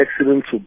accidents